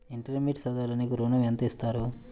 Intermediate చదవడానికి ఋణం ఎంత ఇస్తారు?